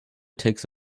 takes